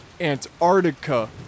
Antarctica